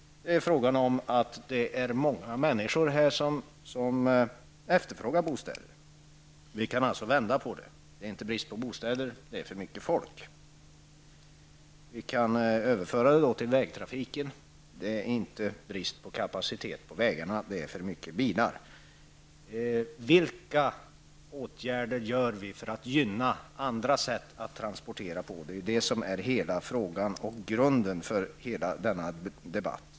Det är i stället fråga om att det är många människor som efterfrågar bostäder i Stockholm. Vi kan alltså vända på det hela och säga att det inte råder brist på bostäder i Stockholm utan att det är för många människor som bor här. Vi kan överföra detta till vägtrafiken. Det är inte brist på kapacitet på vägarna, det är för många bilar. Vilka åtgärder vidtar vi för att gynna andra sätt att transportera? Det är hela frågan och grunden för den här debatten.